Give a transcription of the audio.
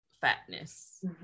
fatness